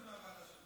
חצי מזה בוועדה שלך.